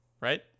Right